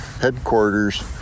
headquarters